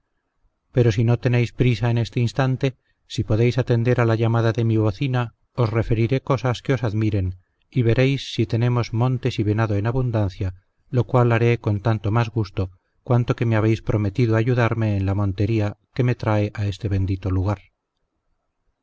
pero si no tenéis prisa en este instante si podéis atender a la llamada de mi bocina os referiré cosas que os admiren y veréis si tenemos montes y venado en abundancia lo cual haré con tanto más gusto cuanto que me habéis prometido ayudarme en la montería que me trae a este bendito lugar